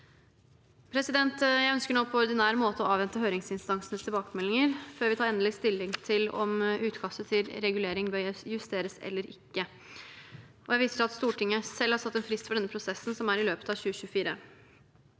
Stortinget. Jeg ønsker nå på ordinær måte å avvente høringsinstansenes tilbakemeldinger før vi tar endelig stilling til om utkastet til regulering bør justeres eller ikke. Jeg viser til at Stortinget selv har satt en frist for denne prosessen, som er i løpet av 2024.